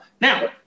Now